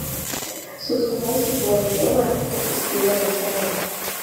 su sūnaus tikruoju tėvu esame išsiskyrę jau seniai